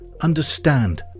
understand